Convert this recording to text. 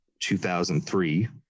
2003